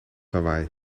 lawaai